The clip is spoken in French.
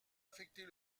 affecter